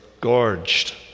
gorged